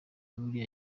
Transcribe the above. buriya